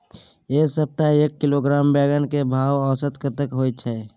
ऐ सप्ताह एक किलोग्राम बैंगन के भाव औसत कतेक होय छै?